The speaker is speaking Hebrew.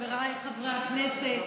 חבריי חברי הכנסת,